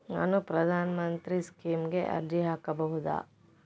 ನಾನು ಪ್ರಧಾನ ಮಂತ್ರಿ ಸ್ಕೇಮಿಗೆ ಅರ್ಜಿ ಹಾಕಬಹುದಾ?